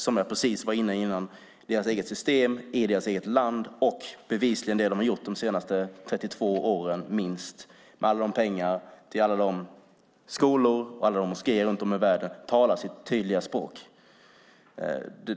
Som jag precis var inne på innan: Deras eget system i deras eget land och det de bevisligen har gjort de senaste 32 åren - minst - med alla de pengar till alla skolor och moskéer runt om i världen talar sitt tydliga språk.